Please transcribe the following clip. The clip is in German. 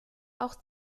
auch